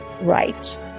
right